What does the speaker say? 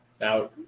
Now